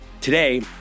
Today